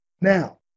Now